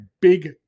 big